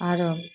आरो